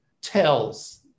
tells